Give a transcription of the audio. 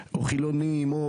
חילונים,